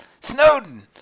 Snowden